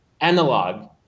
analog